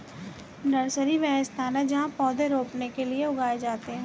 nursery, वह स्थान जहाँ पौधे रोपने के लिए उगाए जाते हैं